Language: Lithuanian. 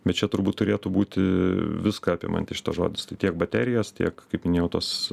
bet čia turbūt turėtų būti viską apimantis šitas žodis tai tiek baterijos tiek kaip minėjau tuos